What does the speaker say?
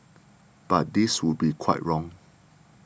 but this would be quite wrong